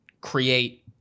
create